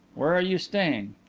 where are you staying?